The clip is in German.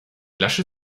lasche